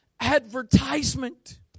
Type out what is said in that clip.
Advertisement